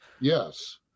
Yes